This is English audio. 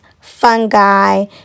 fungi